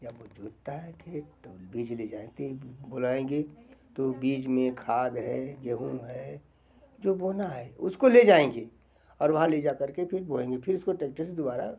जब वो जोतता है खेत तो हम बीज ले जाते हैं बोलाएंगे तो बीज में खाद है गेहूँ है जो बोना है उसको ले जाएंगे और वहाँ ले जा कर के फिर बोएंगे फिर उसको टेक्टर से दोबारा